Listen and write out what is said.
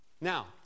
Now